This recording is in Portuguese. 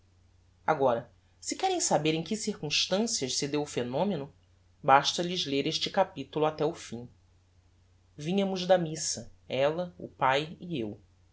agora se querem saber em que circumstancias se deu o phenomeno basta lhes ler este capitulo até o fim vinhamos da missa ella o pae e eu